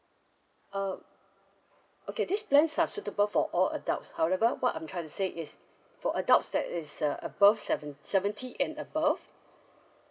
uh okay this plans are suitable for all adults however what I'm trying to say is for adults that is uh above seven seventy and above